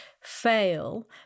fail